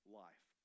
life